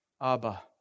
Abba